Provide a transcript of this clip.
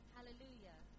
Hallelujah